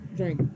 drink